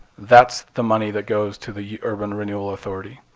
that's the money that goes to the urban renewal authority.